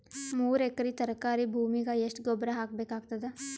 ಮೂರು ಎಕರಿ ತರಕಾರಿ ಭೂಮಿಗ ಎಷ್ಟ ಗೊಬ್ಬರ ಹಾಕ್ ಬೇಕಾಗತದ?